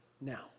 now